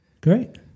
great